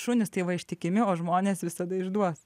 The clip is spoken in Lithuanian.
šunys tai va ištikimi o žmonės visada išduos